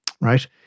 Right